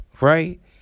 right